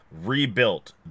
rebuilt